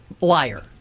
Liar